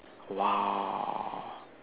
!wow!